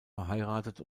verheiratet